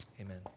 amen